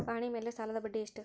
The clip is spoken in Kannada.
ಪಹಣಿ ಮೇಲೆ ಸಾಲದ ಬಡ್ಡಿ ಎಷ್ಟು?